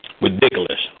ridiculous